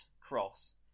cross